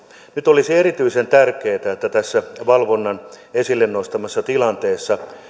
nyt olisi erityisen tärkeätä että tässä valvonnan esille nostamassa tilanteessa